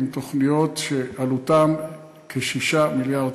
יש תוכניות שעלותן כ-6 מיליארד